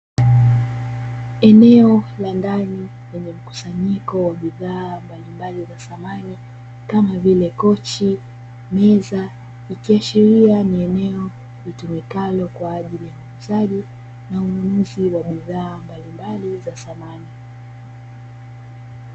Eneo la ndani lenye mkusanyiko wa bidhaa mbalimbali za thamani kama vile kochi, meza, Ikiashiria ni eneo litumikalo kwa ajili ya uuzaji na ununuzi wa bidhaa mbalimbali za thamani.